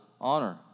honor